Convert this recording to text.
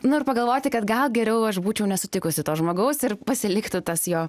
nu ir pagalvoti kad gal geriau aš būčiau nesutikusi to žmogaus ir pasiliktų tas jo